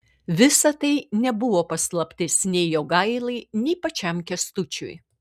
visa tai nebuvo paslaptis nei jogailai nei pačiam kęstučiui